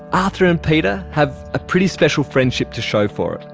arthur and peter have a pretty special friendship to show for it.